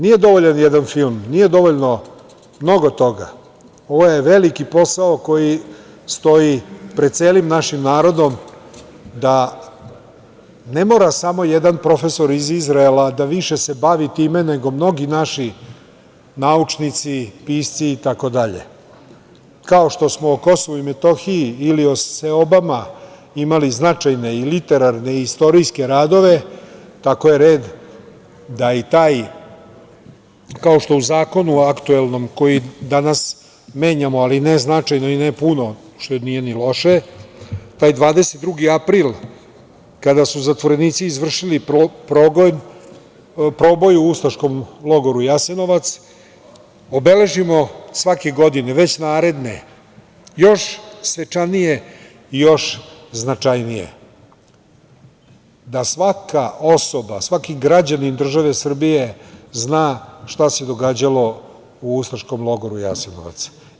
Nije dovoljan jedan film, nije dovoljno mnogo toga, ovo je veliki posao koji stoji pred celim našim narodom da ne mora samo jedan profesor iz Izraela više da se bavi time, nego mnogi naši naučnici, pisci i tako dalje, kao što smo o KiM ili o Seobama imali značajne, literarne i istorijske radove, tako je red da i taj, kao što i u zakonu aktuelnom koji danas menjamo ali ne značajno i ne puno, što nije ni loše, taj 22. april kada su zatvorenici izvršili proboj u ustaškom logoru Jasenovac, obeležimo svake godine, već naredne još svečanije i još značajnije, da svaka osoba, svaki građanin države Srbije zna šta se događalo u ustaškom logoru Jasenovac.